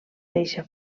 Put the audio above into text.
deixa